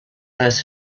earth